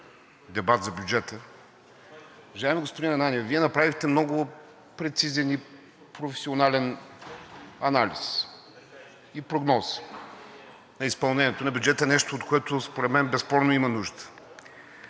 дебат за бюджета. Уважаеми господин Ананиев, Вие направихте много прецизен и професионален анализ и прогноза за изпълнението на бюджета – нещо, от което според мен безспорно има нужда,